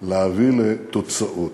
להביא לתוצאות.